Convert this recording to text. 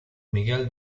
miguel